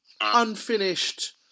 unfinished